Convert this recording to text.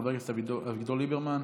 חבר הכנסת אביגדור ליברמן,